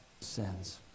sins